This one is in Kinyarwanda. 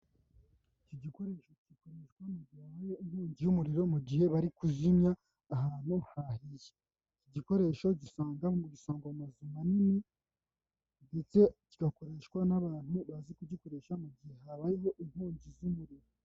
Iki gikoresho gikoreshwa inkongi y'umuriro mu gihe bari kuzimya ahantu hahiye, iki gikoresho gisangwa ahantu mu amazu manini ndetse kigakoreshwa n'abantu bazi kugikoresha mu gihe habayeho inkongi z'umuriro.